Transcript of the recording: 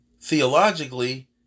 theologically